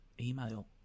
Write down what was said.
email